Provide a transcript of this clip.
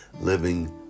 living